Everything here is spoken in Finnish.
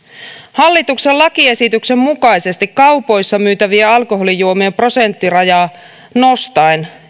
hallituksen lakiesityksen mukaisesti kaupoissa myytävien alkoholijuomien prosenttirajaa nostaen